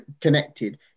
connected